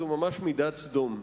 זו ממש מידת סדום.